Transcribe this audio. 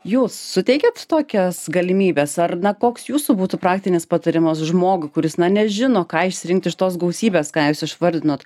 jūs suteikiat tokias galimybes ar na koks jūsų būtų praktinis patarimas žmogui kuris nežino ką išsirinkt iš tos gausybės ką jūs išvardinot